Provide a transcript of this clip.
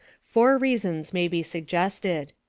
four reasons may be suggested.